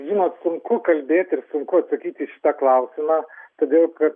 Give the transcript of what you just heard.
žinot sunku kalbėt ir sunku atsakyt į šitą klausimą todėl kad